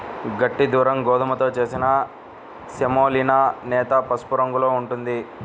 గట్టి దురుమ్ గోధుమతో చేసిన సెమోలినా లేత పసుపు రంగులో ఉంటుంది